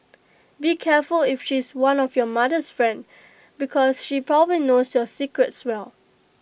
be careful if she's one of your mother's friend because she probably knows your secrets as well